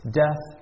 death